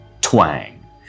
Twang